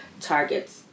targets